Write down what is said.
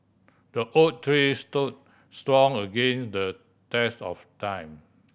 the oak tree stood strong against the test of time